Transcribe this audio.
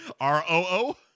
R-O-O